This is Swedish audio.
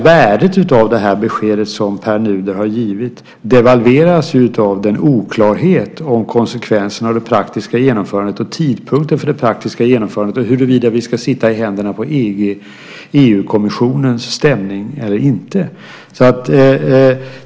Värdet av det besked som Pär Nuder har givit devalveras av den oklarhet om konsekvensen av det praktiska genomförandet och tidpunkten för det praktiska genomförandet och huruvida vi ska sitta i händerna på EU-kommissionens stämning eller inte.